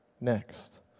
next